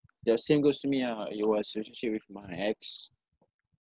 the same goes to me ah !aiyo! I was in a relationship with my ex